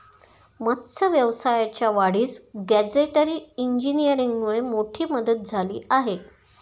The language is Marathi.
मत्स्य व्यवसायाच्या वाढीस गॅजेटरी इंजिनीअरिंगमुळे मोठी मदत झाली आहे